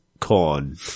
corn